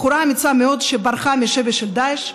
בחורה אמיצה מאוד שברחה משבי של דאעש,